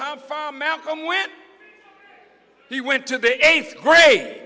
how far malcolm when he went to the eighth grade